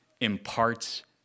imparts